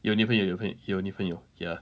有女朋友有女有女朋友 ya